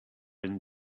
and